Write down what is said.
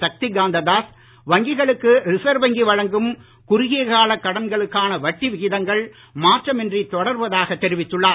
சக்தி காந்த தாஸ் வங்கிகளுக்கு ரிசர்வ் வங்கி வழங்கும் குறுகியகால கடன்களுக்கான வட்டி விகிதங்கள் மாற்றமின்றி தொடர்வதாக தொிவித்துள்ளார்